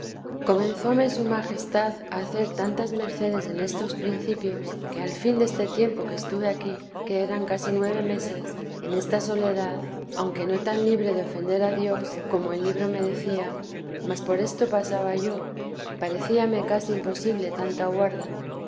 dios comenzóme su majestad a hacer tantas mercedes en estos principios que al fin deste tiempo que estufe aquí que eran casi nueve meses en esta soledad aunque no tan libre de ofender a dios como el libro me decía mas por esto pasaba yo parecíame casi imposible tanta guarda